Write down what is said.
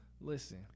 Listen